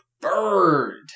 Bird